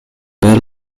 per